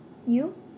you